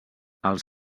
els